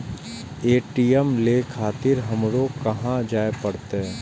ATM ले खातिर हमरो कहाँ जाए परतें?